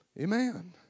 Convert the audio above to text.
Amen